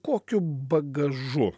kokiu bagažu